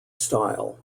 style